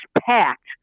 packed